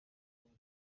y’abo